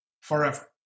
forever